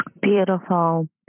Beautiful